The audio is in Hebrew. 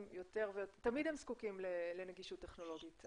יותר תמיד הם זקוקים לנגישות טכנולוגית,